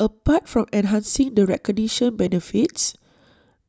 apart from enhancing the recognition benefits